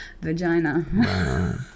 vagina